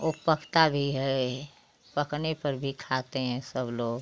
वो पकता भी है पकने पर भी खाते हैं सब लोग